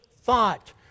thought